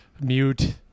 mute